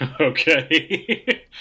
Okay